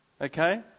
okay